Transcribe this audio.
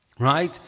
right